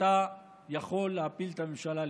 שאתה יכול להפיל את הממשלה,